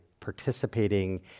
participating